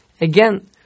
again